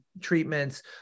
treatments